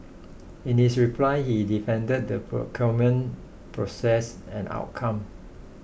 in his reply he defended the procurement process and outcome